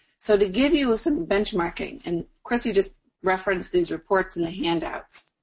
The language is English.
so, to give you some benchmarking, and christy just referenced these reports in the handouts.